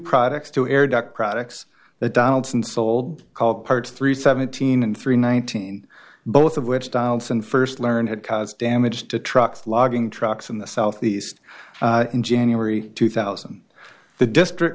products to air duct products that donaldson sold called parts three seventeen and three nineteen both of which donaldson first learned had caused damage to trucks logging trucks in the southeast in january two thousand the district